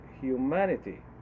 humanity